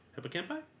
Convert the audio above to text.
hippocampi